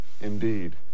indeed